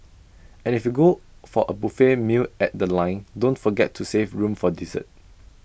and if you go for A buffet meal at The Line don't forget to save room for dessert